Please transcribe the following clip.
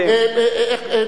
אדוני השר.